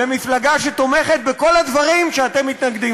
למפלגה שתומכת בכל הדברים שאתם מתנגדים להם.